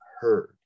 heard